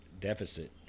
deficit